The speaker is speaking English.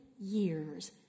years